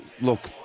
look